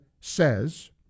says